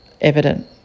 evident